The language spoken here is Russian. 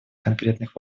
конкретных